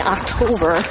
October